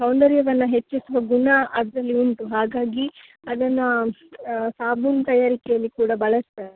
ಸೌಂದರ್ಯವನ್ನು ಹೆಚ್ಚಿಸುವ ಗುಣ ಅದರಲ್ಲಿ ಉಂಟು ಹಾಗಾಗಿ ಅದನ್ನು ಸಾಬೂನು ತಯಾರಿಕೇಲಿ ಕೂಡ ಬಳಸ್ತಾರೆ